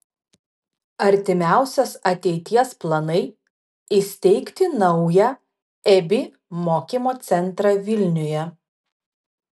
artimiausios ateities planai įsteigti naują ebi mokymo centrą vilniuje